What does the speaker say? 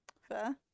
Fair